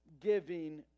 giving